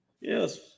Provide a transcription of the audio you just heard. Yes